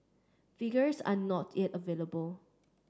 figures are not yet available